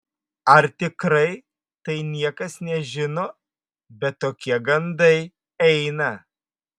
ar tikrai tai niekas nežino bet tokie gandai eina